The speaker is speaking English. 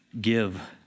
give